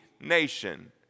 nation